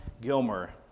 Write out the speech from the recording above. Gilmer